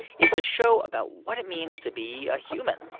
it's a show about what it means to be a human.